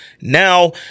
Now